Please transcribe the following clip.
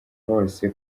polly